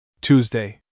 Tuesday